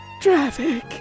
traffic